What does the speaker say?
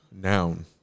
Noun